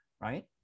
right